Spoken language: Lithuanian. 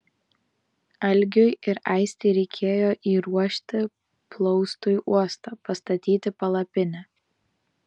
algiui ir aistei reikėjo įruošti plaustui uostą pastatyti palapinę